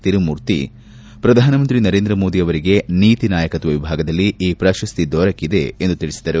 ತಿರುಮೂರ್ತಿ ಪ್ರಧಾನಮಂತ್ರಿ ನರೇಂದ್ರ ಮೋದಿ ಅವರಿಗೆ ನೀತಿ ನಾಯಕತ್ವ ವಿಭಾಗದಲ್ಲಿ ಈ ಪ್ರಶಸ್ತಿ ದೊರಕಿದೆ ಎಂದು ತಿಳಿಸಿದರು